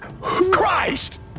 Christ